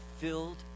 filled